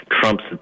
Trump's